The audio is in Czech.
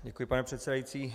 Děkuji, pane předsedající.